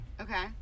Okay